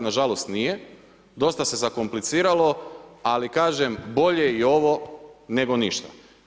Nažalost nije, dosta se zakompliciralo, ali kažem, bolje i ovo nego ništa.